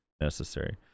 necessary